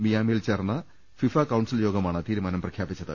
മിയാമിയിൽ ചേർന്ന FIFA council യോഗമാണ് തീരുമാനം പ്രഖ്യാപിച്ചത്